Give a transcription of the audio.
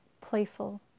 playful